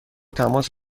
تماس